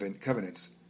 covenants